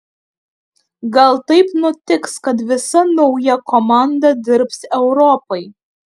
gal taip nutiks kad visa nauja komanda dirbs europai